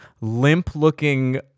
limp-looking